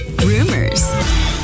rumors